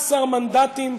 15 מנדטים,